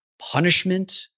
punishment